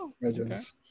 legends